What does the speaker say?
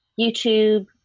youtube